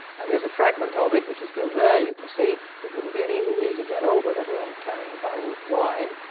and there's a fragment of it, which is still there. you can see it wouldn't be an easy thing to get over let alone carrying a barrel of wine.